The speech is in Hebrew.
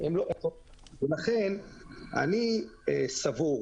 לכן אני סבור,